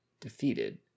defeated